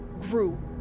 grew